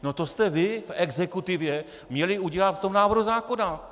No to jste vy v exekutivě měli udělat v tom návrhu zákona.